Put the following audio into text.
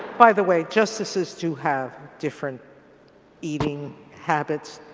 by the way, justices do have different eating habits.